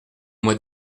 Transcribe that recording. moi